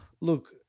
look